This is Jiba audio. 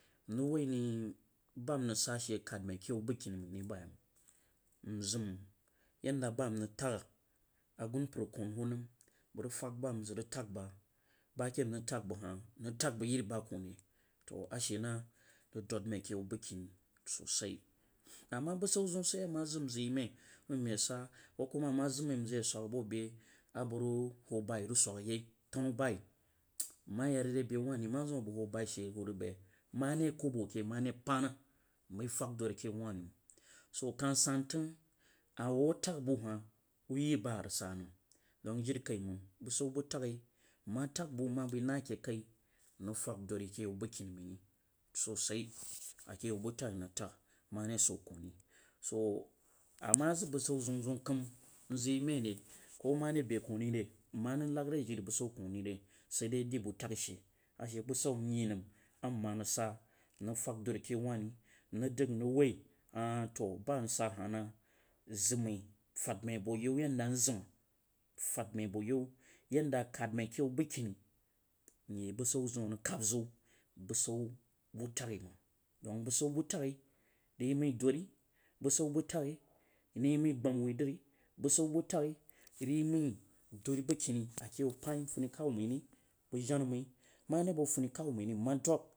Nrig wuh nai ba nrig suh she kad mazi a keh ynu bang keni bnai ri bam nzam, yeh dah ba nrig tag a gunmpar kun wuh fag ba nzag ni tag ba ba keh nrig tag bang nrig tag bang yeri ba kumai, to ashe na rig dan mao a keh ynu ba keni sisah ama bushi zann seh yeh ama zang nzang yeh mai nyeh sah koku mah ama zang mai nzang yeh suk bo bei a bang rig wuh bai tig suk yeh tanu bai nma yeh ngabo bi wah ri ma zu abang wuh bai she wuh rig ma ri kobo keh keh ma sa pana nrig fag a keh a nan rig yau wah ri su koh santng a wuh atang bu haha wu yeh ba a rig sah, nam dang jinkaimang bushu butan nma tag bu nma bai na keh kai nnig fag drui a yau abng keni mai sosai, a keh yau bei ri ko ma deh be kuri renma rig lang de jiri bushu kuh ri ne sah daide butai shea she bushu nyeh nam, ama rig sah nrig fag duri a keh yau wah ri nrih hang bang wuh ba rig sah hah na nzang mai fad mai abo yau wanda nzang fag mai abo you yeh do ken mang a keh you bagkene nwoi bushu ziu a rig a kab zsu bushu bu tai mung dang bushu tai ng yeh man duri bushu butai rig yeh mai duri bang kenu you oant funi kaw mai ri bang jana məi keni you pat funi kaw mai ri bang jang mai ma ri bo funi kah ri nma təu